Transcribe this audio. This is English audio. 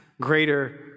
greater